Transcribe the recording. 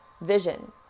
vision